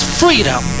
freedom